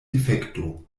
difekto